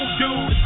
dude